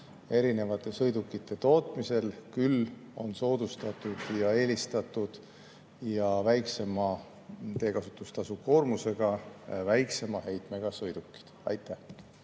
erinevate sõidukite tootmisel. Küll on soodustatud ja eelistatud ja ka väiksema teekasutustasu koormusega väiksema heitmega sõidukid. Aitäh!